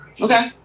Okay